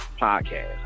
podcast